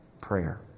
Prayer